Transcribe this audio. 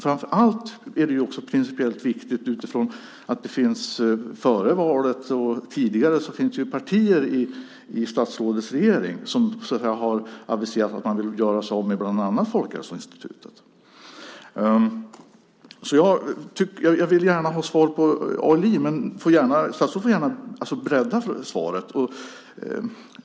Framför allt är det också principiellt viktigt utifrån det faktum att det ju redan före valet och tidigare också fanns och finns partier i statsrådets regering som har aviserat att man vill göra sig av med bland annat Folkhälsoinstitutet. Jag vill gärna ha svar om ALI, men statsrådet får gärna bredda svaret.